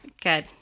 Good